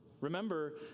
Remember